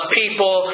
people